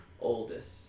oldest